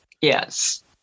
yes